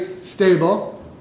stable